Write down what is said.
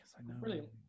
brilliant